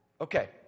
Okay